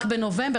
רק בנובמבר".